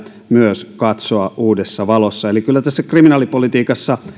myös ensikertalaissääntöjä katsoa uudessa valossa eli kyllä tässä kriminaalipolitiikassa